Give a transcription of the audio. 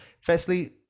firstly